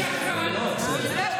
אתה יודע מה?